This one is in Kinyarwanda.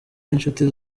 n’inshuti